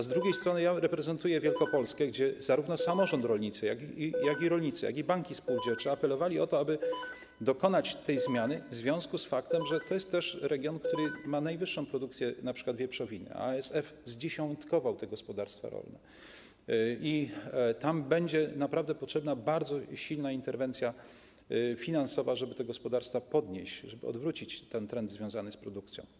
Z drugiej strony ja reprezentuję Wielkopolskę, gdzie zarówno samorząd rolniczy, jak i rolnicy oraz banki spółdzielcze apelowali o to, aby dokonać tej zmiany, w związku z faktem, że to jest region, który ma najwyższą produkcję np. wieprzowiny, a ASF zdziesiątkował te gospodarstwa rolne, i tam będzie naprawdę potrzebna bardzo silna interwencja finansowa, żeby te gospodarstwa podnieść, żeby odwrócić ten trend związany z produkcją.